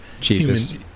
Cheapest